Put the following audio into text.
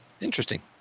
Interesting